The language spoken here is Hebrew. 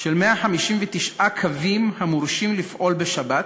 של 159 קווים המורשים לפעול בשבת,